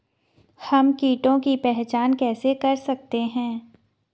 हम कीटों की पहचान कैसे कर सकते हैं?